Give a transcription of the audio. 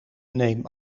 neem